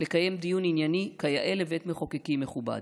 לקיים דיון ענייני כיאה לבית מחוקקים מכובד.